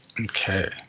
Okay